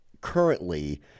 currently